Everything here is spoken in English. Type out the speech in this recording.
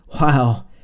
wow